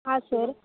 ಹಾಂ ಸರ್